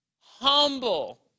humble